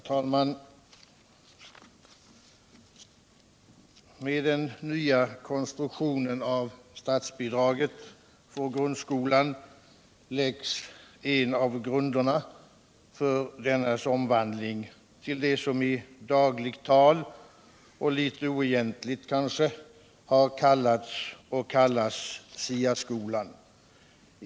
Herr talman! Med den nya konstruktionen av statsbidraget för grundskolan läggs en av grunderna för dennas omvandling till det som i dagligt tal och kanske litet ocgentligt har kallats och kaltas STA skolan.